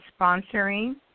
sponsoring